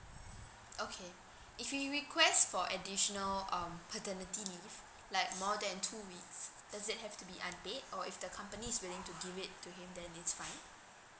okay if he request for additional um paternity leave like more than two weeks does it have to be unpaid or if the company's willing to give it to him then it's fine